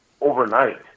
overnight